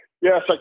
Yes